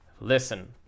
Listen